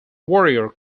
warrior